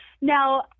Now